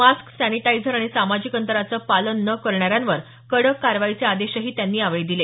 mask sanitiser आणि सामाजिक अंतराचं पालन न करणाऱ्यांवर कडक कारवाईचे आदेशही त्यांनी यावेळी दिले